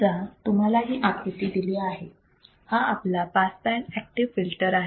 समजा तुम्हाला ही आकृती दिली आहे हा आपला हाय पास अॅक्टिव फिल्टर आहे